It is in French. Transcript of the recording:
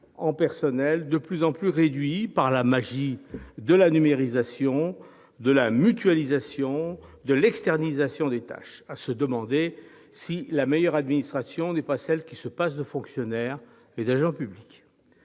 en personnels de plus en plus réduits, par la magie de la numérisation, de la mutualisation et de l'externalisation des tâches. À se demander si la meilleure administration n'est pas celle qui se passe de fonctionnaires et d'agents publics